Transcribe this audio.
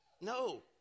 No